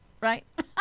Right